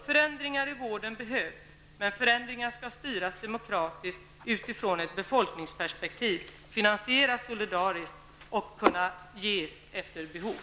Förändringar i vården behövs, men förändringar skall styras demokratiskt utifrån ett befolkningsperspektiv, finansieras solidariskt och kunna ges efter behov.